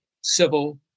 civil